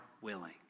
willing